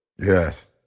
yes